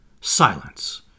Silence